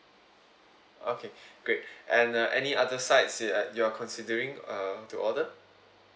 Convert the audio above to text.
okay great and uh any other sides that uh you're considering uh to order